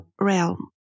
realm